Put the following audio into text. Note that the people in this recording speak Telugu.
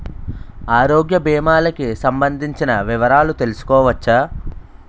ఆరోగ్య భీమాలకి సంబందించిన వివరాలు తెలుసుకోవచ్చా?